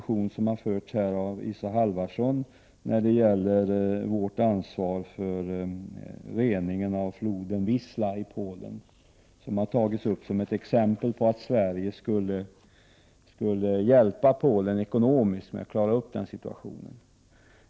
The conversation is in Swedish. Isa Halvarsson tog upp frågan om vårt ansvar för reningen av floden Wisla i Polen, att Sverige skulle hjälpa Polen ekonomiskt med att klara upp den saken.